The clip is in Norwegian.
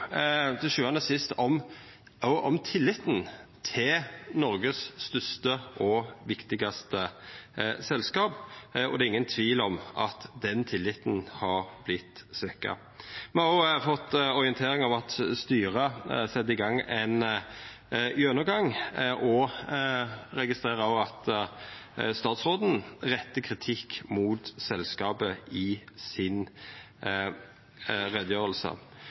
til sjuande og sist om tilliten til Noregs største og viktigaste selskap, og det er ingen tvil om at den tilliten har vorte svekt. Me har fått orientering om at styret set i gang ein gjennomgang, og me registrerer òg at statsråden rettar kritikk mot selskapet i